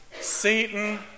Satan